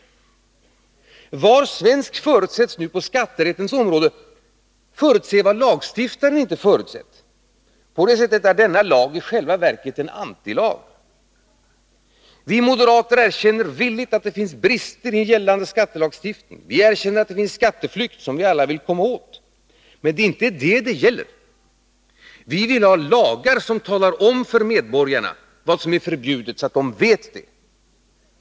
Var svensk förutsätts nu på skatterättens område förutse vad lagstiftaren inte förutsett. På det sättet är lagen i själva verket en antilag. Vi moderater erkänner villigt att det finns brister i gällande skattelagstiftning. Vi erkänner att det finns skatteflykt, som vi alla vill komma åt. Men det är inte det som det gäller. Vi vill ha lagar som talar om för medborgarna vad som är förbjudet, så att de vet det.